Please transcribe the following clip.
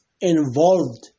involved